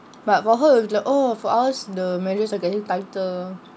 but for her it's like oh for us the measures are getting tighter